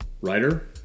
writer